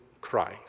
Christ